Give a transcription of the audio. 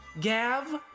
Gav